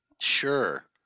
Sure